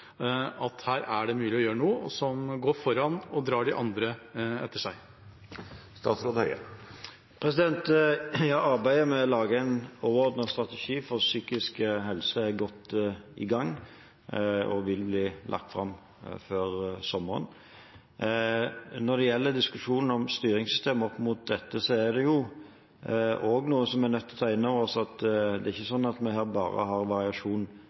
at det er mulig å gjøre noe, som går foran og drar de andre etter seg? Arbeidet med å lage en overordnet strategi for psykisk helse er godt i gang og vil bli lagt fram før sommeren. Når det gjelder diskusjonen om styringssystemer opp mot dette, er det noe som vi er nødt til å ta inn over oss, at vi har variasjon ikke bare mellom helseforetak og helseregioner, men også variasjon